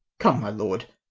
come, my lord,